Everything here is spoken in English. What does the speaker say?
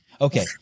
Okay